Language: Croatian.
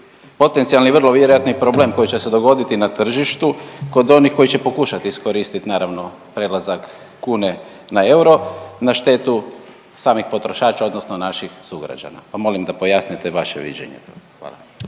potencijalni vrlo vjerojatni problem koji će se dogoditi na tržištu kod onih koji će pokušati iskoristiti naravno prelazak kune na euro na štetu samih potrošača, odnosno naših sugrađana, pa molim da pojasnite vaše viđenje tu. Hvala.